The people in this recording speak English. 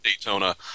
Daytona